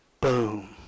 Boom